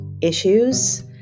issues